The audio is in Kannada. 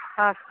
ಹಾಂ